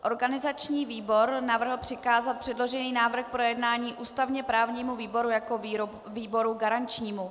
Organizační výbor navrhl přikázat předložený návrh k projednání ústavněprávnímu výboru jako výboru garančnímu.